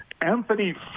Anthony